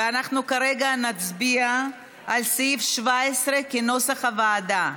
אנחנו כרגע נצביע על סעיף 17, כנוסח הוועדה.